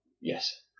Yes